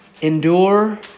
endure